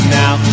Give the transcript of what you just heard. now